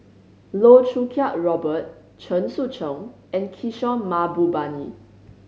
Loh Choo Kiat Robert Chen Sucheng and Kishore Mahbubani